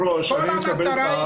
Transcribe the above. כל המטרה היא לכפות חיסונים בכוח.